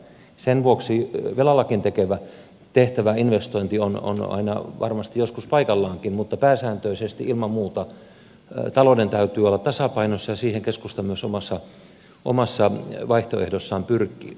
sen vuoksi velallakin tehtävä investointi on varmasti joskus paikallaankin mutta pääsääntöisesti ilman muuta talouden täytyy olla tasapainossa ja siihen keskusta myös omassa vaihtoehdossaan pyrkii